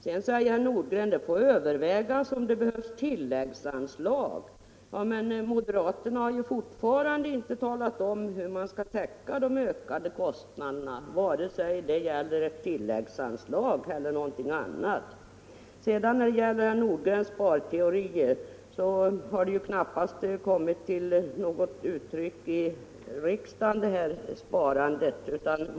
Herr Nordgren anförde vidare att det får övervägas om tilläggsanslag behövs. Men moderaterna har ju fortfarande inte talat om hur de ökade kostnaderna skall täckas, vare sig det gäller tilläggsanslag eller något annat. Herr Nordgrens sparteorier har knappast kommit till uttryck i riksdagen.